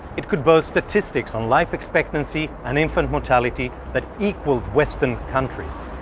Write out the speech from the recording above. it could boast statistics on life expectancy and infant mortality that equaled western countries.